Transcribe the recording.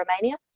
Romania